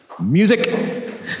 Music